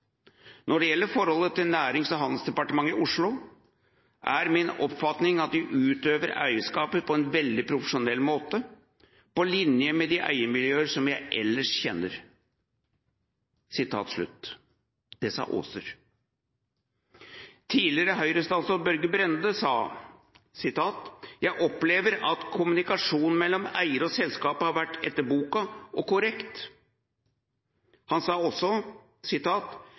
det gjelder forholdet til Nærings- og handelsdepartementet i Oslo, er min oppfatning at de utøver eierskap på en veldig profesjonell måte, på linje med de eiermiljøer som jeg ellers kjenner.» Det sa Aaser. Tidligere Høyre-statsråd Børge Brende sa: «Jeg opplever at kommunikasjonen mellom eier og selskapet har vært etter boka og korrekt.» Han sa også: